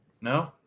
No